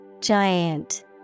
giant